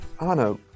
Anna